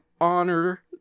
honor